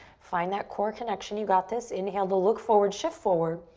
find that core connection, you got this. inhale to look forward, shift forward.